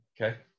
Okay